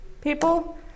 people